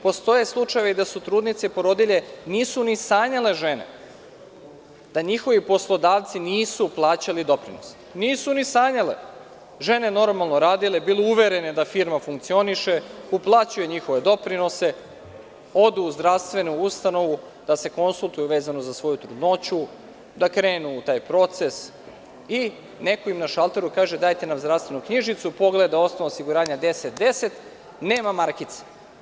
Postoje slučajevi da trudnice i porodilje nisu ni sanjale da njihovi poslodavci nisu plaćali doprinose, žene normalno radile, bile uverene da firma funkcioniše, uplaćuju njihove doprinose, odu u zdravstvenu ustanovu da se konsultuju vezano za svoju trudnoću, da krenu u taj proces i neko im na šalteru kaže – dajte nam zdravstvenu knjižicu, pogleda osnov osiguranja 1010, nema markice.